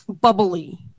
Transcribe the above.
bubbly